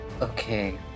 Okay